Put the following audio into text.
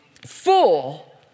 full